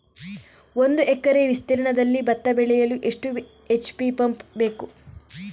ಒಂದುಎಕರೆ ವಿಸ್ತೀರ್ಣದಲ್ಲಿ ಭತ್ತ ಬೆಳೆಯಲು ಎಷ್ಟು ಎಚ್.ಪಿ ಪಂಪ್ ಬೇಕು?